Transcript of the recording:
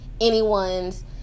anyone's